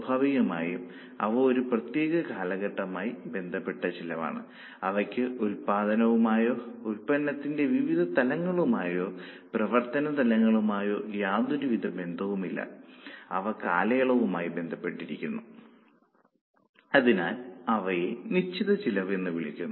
സ്വാഭാവികമായും അവ ഒരു പ്രത്യേക കാലഘട്ടവുമായി ബന്ധപ്പെട്ട ചെലവാണ് അവയ്ക്ക് ഉൽപ്പാദനവുമായോ ഉൽപ്പന്നത്തിന്റെ വിവിധ തലങ്ങളുമായോ പ്രവർത്തന തലങ്ങളുമായോ യാതൊരു ബന്ധവുമില്ല അവ കാലയളവുമായി ബന്ധപ്പെട്ടിരിക്കുന്നു അതിനാൽ അവയെ നിശ്ചിത ചെലവ് എന്ന് വിളിക്കുന്നു